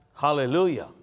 Hallelujah